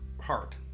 Heart